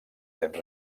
temps